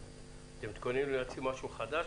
אתם מתכוננים להוציא משהו חדש,